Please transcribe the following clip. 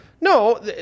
No